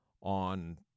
on